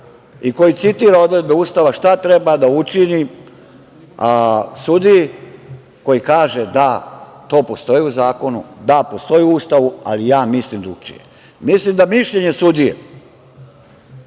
i koji citira odredbe Ustava šta treba da učini sudiji koji kaže –da, to postoji u zakonu, da postoji u Ustavu, ali ja mislim drugačije? Mislim da mišljenje sudije